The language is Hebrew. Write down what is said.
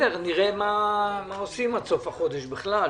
נראה מה עושים עד סוף החודש בכלל.